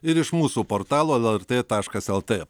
ir iš mūsų portalo lrt taškas lt